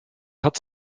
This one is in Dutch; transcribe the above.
had